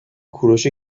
کوروش